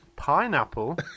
pineapple